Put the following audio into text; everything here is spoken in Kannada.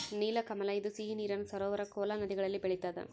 ನೀಲಕಮಲ ಇದು ಸಿಹಿ ನೀರಿನ ಸರೋವರ ಕೋಲಾ ನದಿಗಳಲ್ಲಿ ಬೆಳಿತಾದ